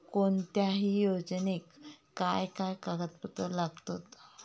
कोणत्याही योजनेक काय काय कागदपत्र लागतत?